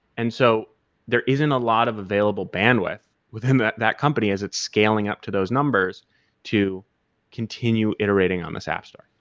and so there isn't a lot of available bandwidth within that that company as it's scaling up to those numbers to continue iterating on this app store.